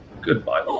Goodbye